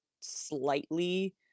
slightly